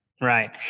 Right